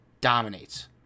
dominates